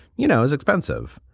you know, is expensive.